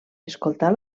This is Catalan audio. escoltar